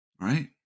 Right